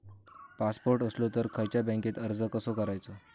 Passport असलो तर खयच्या बँकेत अर्ज कसो करायचो?